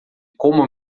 como